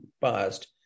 past